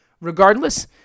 Regardless